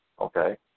Okay